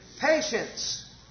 Patience